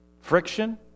Friction